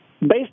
based